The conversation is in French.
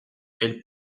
elle